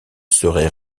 serait